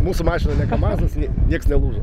mūsų mašina ne kamazas nieks nelūžo